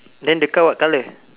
then the car what colour